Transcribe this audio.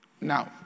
Now